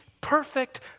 perfect